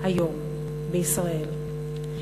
היום בישראל.